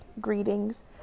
greetings